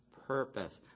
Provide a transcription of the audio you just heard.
purpose